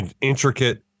intricate